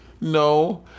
no